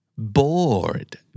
Bored